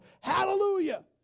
hallelujah